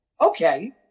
Okay